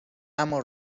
اما